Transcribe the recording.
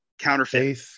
counterfeit